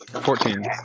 Fourteen